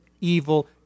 evil